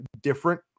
different